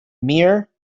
meir